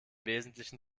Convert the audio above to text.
wesentlichen